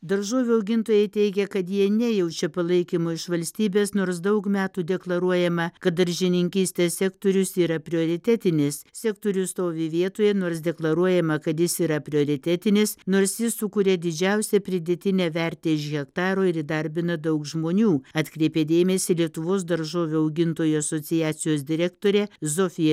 daržovių augintojai teigė kad jie nejaučia palaikymo iš valstybės nors daug metų deklaruojama kad daržininkystės sektorius yra prioritetinis sektorius stovi vietoje nors deklaruojama kad jis yra prioritetinis nors jis sukuria didžiausią pridėtinę vertę iš hektaro ir įdarbina daug žmonių atkreipė dėmesį lietuvos daržovių augintojų asociacijos direktorė zofija